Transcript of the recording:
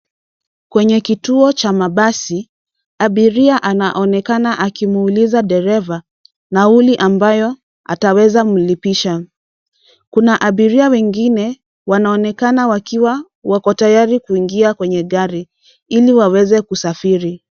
Kwenye kituo cha mabasi abiria anaonekana akimuuliza dereva nauli ambayo ataweza mlipisha. Kuna abiria wengine wanaonekana wakiwa wako tayari kuingia kwenye gari ili waweze kusafiri.